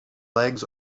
legs